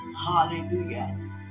hallelujah